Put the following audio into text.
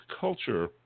culture